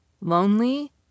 lonely